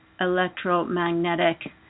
electromagnetic